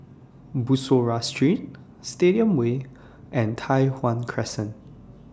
Bussorah Street Stadium Way and Tai Hwan Crescent